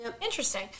interesting